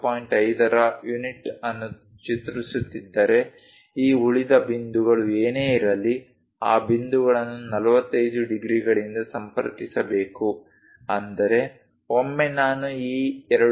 5 ರ ಯೂನಿಟ್ ಅನ್ನು ಚಿತ್ರಿಸುತ್ತಿದ್ದರೆ ಈ ಉಳಿದ ಬಿಂದುಗಳು ಏನೇ ಇರಲಿ ಆ ಬಿಂದುಗಳನ್ನು 45 ಡಿಗ್ರಿಗಳಿಂದ ಸಂಪರ್ಕಿಸಬೇಕು ಅಂದರೆ ಒಮ್ಮೆ ನಾನು ಈ 2